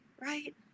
right